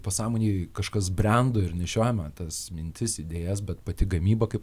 pasąmonėj kažkas brendo ir nešiojame tas mintis idėjas bet pati gamyba kaip